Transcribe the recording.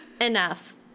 enough